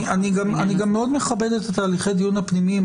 אני גם מאוד מכבד את תהליכי הדיון הפנימיים.